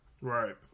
Right